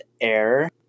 error